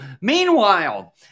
meanwhile